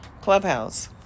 Clubhouse